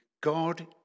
God